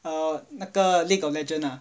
uh 那个 League of Legend lah